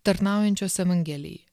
tarnaujančios evangelijai